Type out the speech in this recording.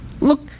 Look